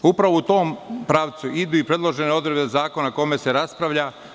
U tom pravcu idu predložene odredbe zakona o kome se raspravlja.